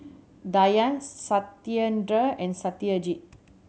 Dhyan Satyendra and Satyajit